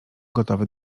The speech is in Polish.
gotowy